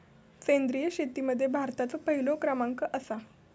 सेंद्रिय शेतीमध्ये भारताचो पहिलो क्रमांक आसा